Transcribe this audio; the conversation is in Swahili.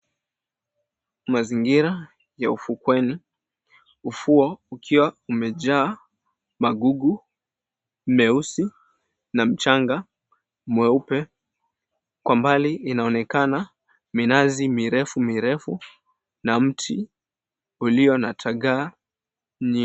Mazingira ya ufukweni. Ufuo ukiwa umejaa magugu meusi na mchanga mweupe. Kwa mbali inaonekana minazi mirefu mirefu na mti ulio na tagaa nyingi.